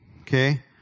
Okay